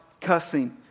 cussing